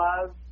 love